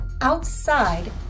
outside